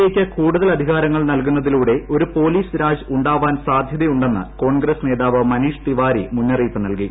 A യ്ക്ക് കൂടുതൽ അധികാരങ്ങൾ നൽകുന്നതിലൂടെ ഒരുപൂർപ്പ് രാജ് ഉണ്ടാവാൻ സാധ്യതയുണ്ടെന്ന് കോൺഗ്രസ് ന്റെതിറ്റിട്ട്മനീഷ് തിവാരി മുന്നറിയിപ്പ് നൽകി